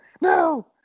no